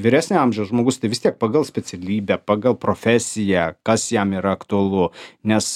vyresnio amžiaus žmogus tai vis tiek pagal specialybę pagal profesiją kas jam yra aktualu nes